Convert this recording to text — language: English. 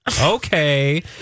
Okay